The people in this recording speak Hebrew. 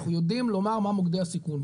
אנחנו יודעים לומר מה מוקדי הסיכון.